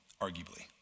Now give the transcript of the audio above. arguably